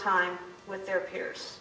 time with their peers